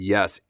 Yes